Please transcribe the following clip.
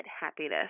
happiness